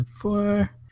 four